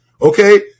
Okay